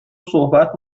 صحبت